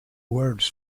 words